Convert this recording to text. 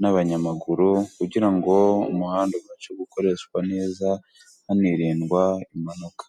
n'abanyamaguru, kugira ngo umuhanda ubashe gukoreshwa neza hanirindwa impanuka.